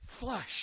flush